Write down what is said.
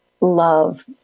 love